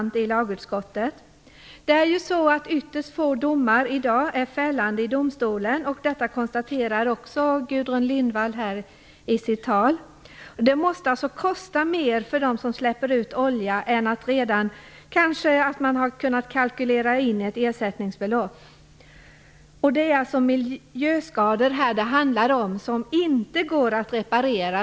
Ytterst få domar i dag är fällande i domstolen. Detta konstaterar också Gudrun Lindvall i sitt inlägg. Det måste alltså kosta mer för dem släpper ut olja än de ersättningsbelopp som kanske redan har kalkylerats in. Här handlar det alltså om miljöskador som inte går att reparera.